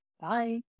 Bye